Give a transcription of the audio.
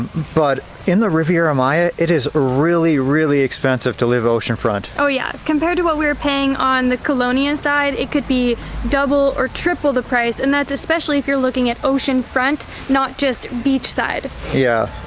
but in the riviera maya it is ah really really expensive to live oceanfront. oh yeah compared to what we were paying on the colonia and side it could be double or triple the price and that's especially if you're looking at ocean front not just beach side. yeah.